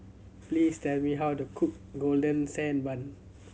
please tell me how to cook Golden Sand Bun